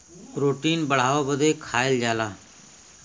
protein बढ़ावे बदे खाएल जाला